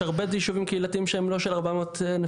יש הרבה ישובים קהילתיים שהם לא של 400 משפחות,